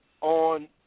on